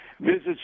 visits